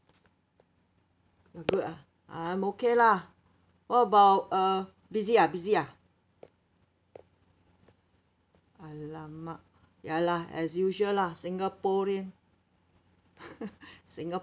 good ah I'm okay lah what about uh busy ah busy ah alamak ya lah as usual lah singaporean singaporean